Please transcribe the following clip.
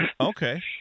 Okay